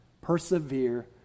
Persevere